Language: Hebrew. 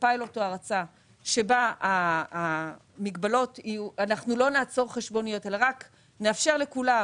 פיילוט או הרצה בה לא נעצור חשבוניות אלא רק נאפשר לכולם,